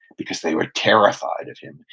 because they were terrified of him,